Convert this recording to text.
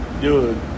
Dude